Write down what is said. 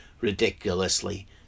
ridiculously